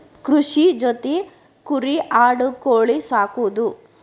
ಕೃಷಿ ಜೊತಿ ಕುರಿ ಆಡು ಕೋಳಿ ಸಾಕುದು